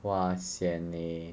!wah! sian eh